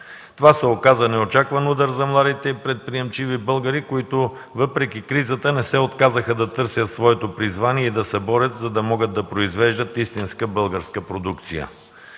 Това се оказа неочакван удар за младите и предприемчиви българи, които въпреки кризата не се отказаха да търсят своето призвание и да се борят, за да могат да произвеждат истинска българска продукция.